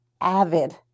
avid